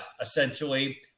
essentially